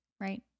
right